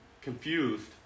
confused